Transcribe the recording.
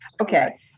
Okay